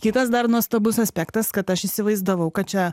kitas dar nuostabus aspektas kad aš įsivaizdavau kad čia